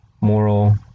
moral